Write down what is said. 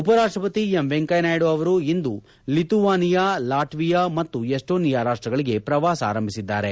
ಉಪರಾಷ್ಷಪತಿ ಎಂ ವೆಂಕಯ್ಕನಾಯ್ಡು ಅವರು ಇಂದು ಲಿತುವಾನಿಯಾ ಲಾಟ್ವಿಯಾ ಮತ್ತು ಎಸ್ಟೋನಿಯಾ ರಾಷ್ಟಗಳಿಗೆ ಪ್ರವಾಸ ಆರಂಭಿಸಿದ್ದಾರೆ